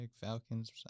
Falcons